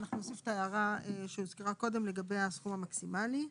אנחנו נוסיף את ההערה שהוזכרה מקודם לגבי הסכום המקסימלי.